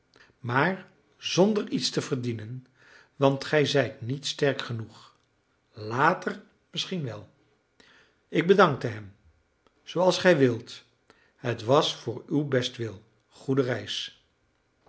maar zonder iets te verdienen want gij zijt niet sterk genoeg later misschien wel ik bedankte hem zooals gij wilt het was voor uw bestwil goede reis